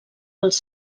els